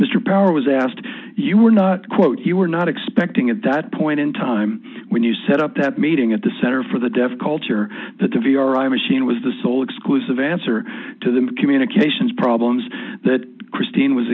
mr power was asked you were not quote you were not expecting at that point in time when you set up that meeting at the center for the deaf culture that of your own machine was the sole exclusive answer to the communications problems that christine was